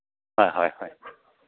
ꯍꯣꯏ ꯍꯣꯏ ꯍꯣꯏ